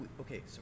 okay